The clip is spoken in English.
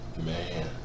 Man